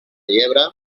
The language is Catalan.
llebre